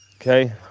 Okay